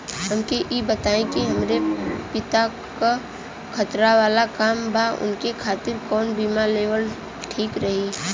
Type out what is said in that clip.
हमके ई बताईं कि हमरे पति क खतरा वाला काम बा ऊनके खातिर कवन बीमा लेवल ठीक रही?